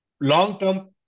long-term